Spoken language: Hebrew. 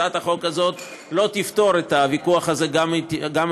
הצעת החוק הזאת לא תפתור את הוויכוח הזה גם אם תתקבל.